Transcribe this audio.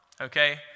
okay